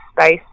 space